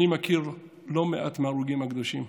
אני מכיר לא מעט מההרוגים הקדושים.